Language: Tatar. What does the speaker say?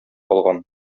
калган